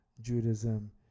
Judaism